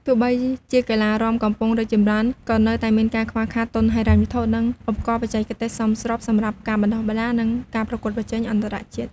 ទោះបីជាកីឡារាំកំពុងរីកចម្រើន ក៏នៅតែមានការខ្វះខាតទុនហិរញ្ញវត្ថុ និងឧបករណ៍បច្ចេកទេសសមស្របសម្រាប់ការបណ្តុះបណ្តាល និងការប្រកួតប្រជែងអន្តរជាតិ។